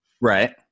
Right